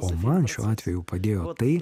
o man šiuo atveju padėjo tai